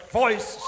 voice